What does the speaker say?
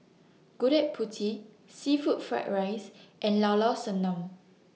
Gudeg Putih Seafood Fried Rice and Llao Llao Sanum